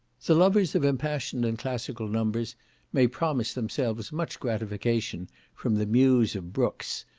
the lovers of impassioned and classical numbers may promise themselves much gratification from the muse of brooks,